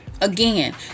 again